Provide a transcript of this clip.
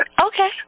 Okay